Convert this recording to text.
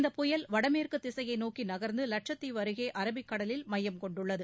இந்த புயல் வடமேற்கு திசையை நோக்கி நகர்ந்து லட்சத்தீவு அருகே அரபிக் கடலில் மையம் கொண்டுள்ளது